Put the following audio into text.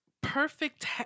perfect